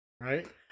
right